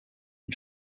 den